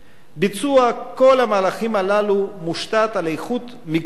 ביצוע כל המהלכים הללו מושתת על איכות מקצועית